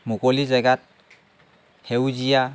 মুকলি জেগাত সেউজীয়া